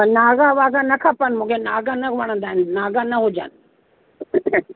पर नागा वागा न खपनि मूंखे नागा न वणंदा आहिनि नागा न हुजनि